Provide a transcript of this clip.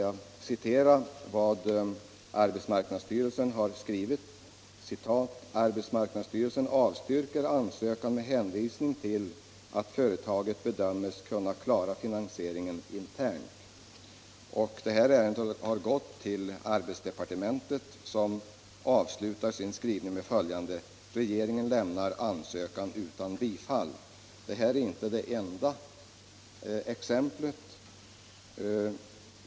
Jag skall citera vad arbetsmarknadsstyrelsen har skrivit: ”Arbetsmarknadsstyrelsen avstyrker ansökan med hänvisning till att företaget bedömes kunna klara finansieringen internt.” Detta ärende har gått till arbetsmarknadsdepartementet, som avslutar sin skrivning på följande sätt: ”Regeringen lämnar ansökningen utan bifall.” Det är inte det enda exemplet.